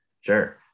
sure